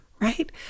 right